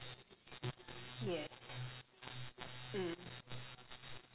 yes mm